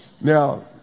Now